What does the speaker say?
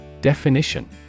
Definition